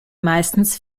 meistens